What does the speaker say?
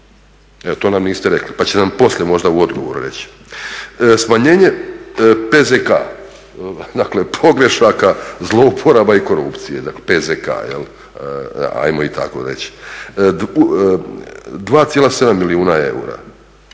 To nam niste rekli pa ćete nam poslije možda u odgovoru reći. Smanjenje PZK-a, dakle pogrešaka, zlouporaba i korupcije, PZK jel,